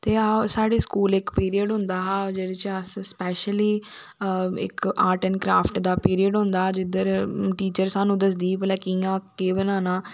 ते साढ़े स्कूल इक पीरियड होंदा हा जेहदे च अस स्पेशली इक आर्ट एंड क्राफट दा पीरियड होंदा हा जिदे च टीचर स्हानू दसदी ही कियां केह् बनाना